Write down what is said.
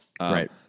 Right